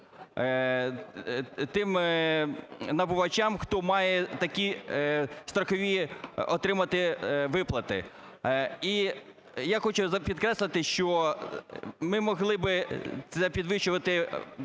тим набувачам, хто має такі страхові отримати виплати. І я хочу підкреслити, що ми могли би це підвищувати